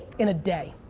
in a day?